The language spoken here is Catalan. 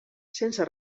sense